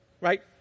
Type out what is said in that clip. right